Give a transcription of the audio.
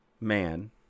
man